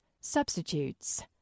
Substitutes